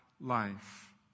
life